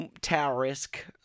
tower-esque